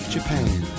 Japan